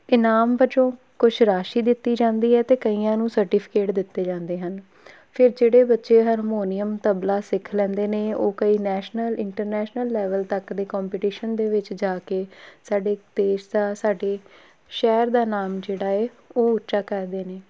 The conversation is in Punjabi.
ਇਨਾਮ ਵਜੋਂ ਕੁਛ ਰਾਸ਼ੀ ਦਿੱਤੀ ਜਾਂਦੀ ਹੈ ਅਤੇ ਕਈਆਂ ਨੂੰ ਸਰਟੀਫਿਕੇਟ ਦਿੱਤੇ ਜਾਂਦੇ ਹਨ ਫਿਰ ਜਿਹੜੇ ਬੱਚੇ ਹਰਮੋਨੀਅਮ ਤਬਲਾ ਸਿੱਖ ਲੈਂਦੇ ਨੇ ਉਹ ਕਈ ਨੈਸ਼ਨਲ ਇੰਟਰਨੈਸ਼ਨਲ ਲੈਵਲ ਤੱਕ ਦੇ ਕੌਂਪੀਟੀਸ਼ਨ ਦੇ ਵਿੱਚ ਜਾ ਕੇ ਸਾਡੇ ਦੇਸ਼ ਦਾ ਸਾਡੇ ਸ਼ਹਿਰ ਦਾ ਨਾਮ ਜਿਹੜਾ ਹੈ ਉਹ ਉੱਚਾ ਕਰਦੇ ਨੇ